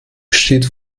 steht